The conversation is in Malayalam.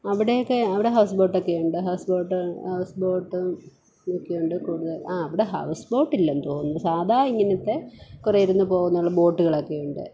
അവിടെയൊക്കെ അവിടെ ഹൗസ്ബോട്ടൊക്കെ ഉണ്ട് ഹൗസ് ബോട്ട് ഹൗസ്ബോട്ടും ഒക്കെയുണ്ട് കൂടുതൽ ആ അവിടെ ഹൗസ്ബോട്ടില്ലെന്ന് തോന്നുന്നു സാധാ ഇങ്ങനത്തെ കുറേ ഇരുന്ന് പോവുന്നുള്ള ബോട്ട്കളൊക്കെയുണ്ട്